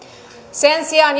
sen sijaan